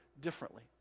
differently